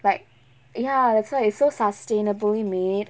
like ya that's why it's so sustainably made